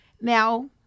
Now